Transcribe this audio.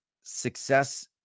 success